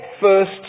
first